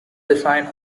defined